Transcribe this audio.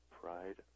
pride